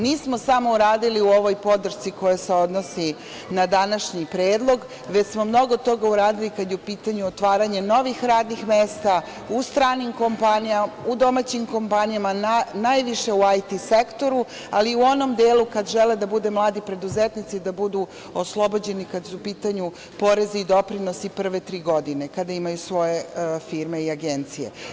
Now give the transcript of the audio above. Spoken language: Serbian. Nismo samo uradili u ovoj podršci koja se odnosi na današnji predlog, već smo mnogo toga uradili kada je u pitanju otvaranje novih radnih mesta, u stranim kompanijama, u domaćim kompanijama, najviše u IT sektoru, ali i u onom delu kada žele da budu mladi preduzetnici, da budu oslobođeni kad su u pitanju porezi i doprinosi prve tri godine, kada imaju svoje firme i agencije.